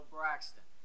Braxton